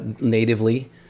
natively